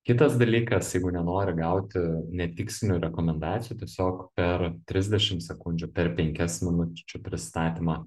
kitas dalykas jeigu nenori gauti netikslinių rekomendacijų tiesiog per trisdešim sekundžių per penkias minučių pristatymą